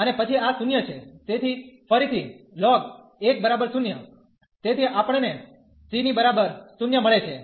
અને પછી આ 0 છે તેથી ફરીથી ln 10 તેથી આપણને c ની બરાબર 0 મળે છે